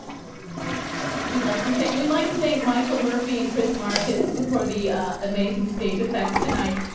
what can you do after that? we'd like to say we'd like to thank michael murphy and chris marcus for the amazing stage effects tonight.